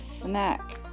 snack